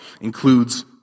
includes